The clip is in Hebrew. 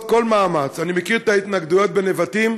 כל מאמץ אני מכיר את ההתנגדויות בנבטים,